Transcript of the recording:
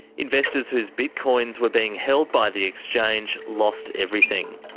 investors whose bitcoins were being held by the exchange lost everything.